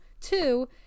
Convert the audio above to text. Two